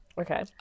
Okay